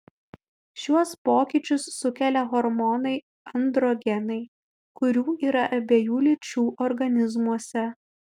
šiuos pokyčius sukelia hormonai androgenai kurių yra abiejų lyčių organizmuose